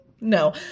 No